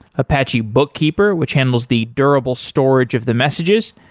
apache bookkeeper which handles the durable storage of the messages.